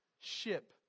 ship